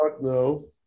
no